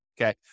okay